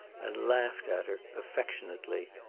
and laughed at her affectionately.